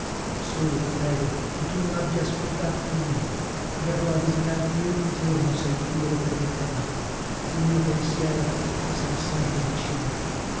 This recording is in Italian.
solo ti prego che tu non abbia a scordarti di me verrò a visitarti ogni giorno se iddio lo permetterà il mio pensiero ti sarà sempre vicino